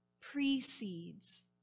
precedes